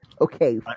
Okay